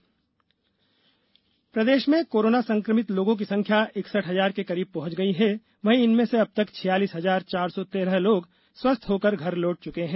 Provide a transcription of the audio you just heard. corona प्रदेश प्रदेश में कोरोना संक्रभित लोगों की संख्या इकसठ हजार के करीब पहुंच गई है वहीं इनमें से अब तक छियालीस हजार चार सौ तेरह लोग स्वस्थ होकर घर लौट चुके हैं